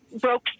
broke